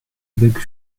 big